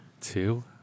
two